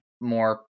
more